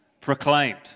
proclaimed